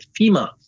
FEMA